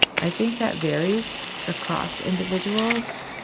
i think that varies across individuals.